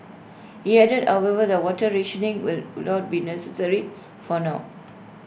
he added however the water rationing will not be necessary for now